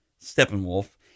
Steppenwolf